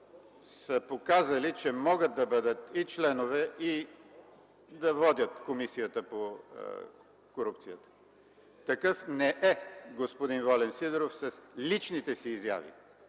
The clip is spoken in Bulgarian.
са показали, че могат да бъдат и членове, и да водят Комисията по корупцията. Такъв не е господин Волен Сидеров с личните си изяви,